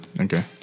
Okay